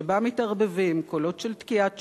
שבה מתערבבים קולות של תקיעת שופר,